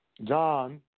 John